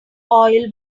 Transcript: oil